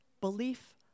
belief